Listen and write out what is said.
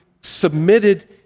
submitted